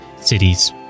cities